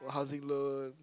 housing loan